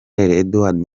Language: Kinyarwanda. edouard